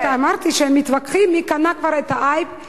אמרתי שהם מתווכחים מי קנה את ה"אייפון"